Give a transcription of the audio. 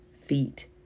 feet